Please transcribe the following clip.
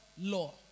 law